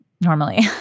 normally